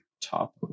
Top